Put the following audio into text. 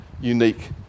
unique